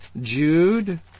Jude